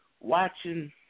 watching